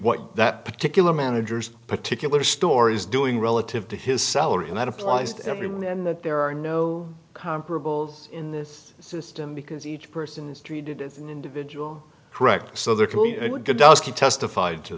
what that particular managers particular story is doing relative to his salary and that applies to everyone and that there are no comparables in this system because each person is treated as an individual correct so there can be good dusky testif